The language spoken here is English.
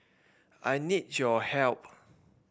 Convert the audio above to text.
I need your help